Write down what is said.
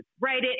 right